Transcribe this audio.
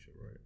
right